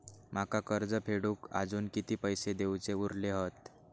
माका कर्ज फेडूक आजुन किती पैशे देऊचे उरले हत?